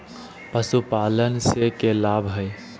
पशुपालन से के लाभ हय?